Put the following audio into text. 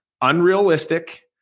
unrealistic